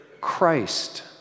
Christ